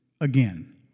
again